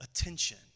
attention